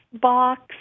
box